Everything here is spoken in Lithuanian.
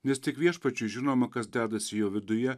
nes tik viešpačiui žinoma kas dedasi jo viduje